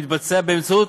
המתבצע באמצעות